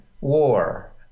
war